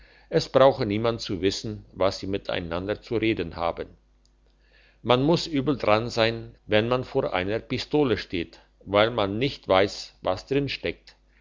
es brauche niemand zu wissen was sie miteinander zu reden haben man muss übel dran sein wenn man vor einer pistole steht weil man nicht weiss was drin steckt